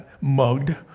mugged